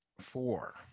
four